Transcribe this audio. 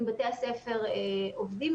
אם בתי הספר עובדים,